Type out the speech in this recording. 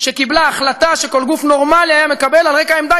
שקיבלה החלטה שכל גוף נורמלי היה מקבל על רקע העמדה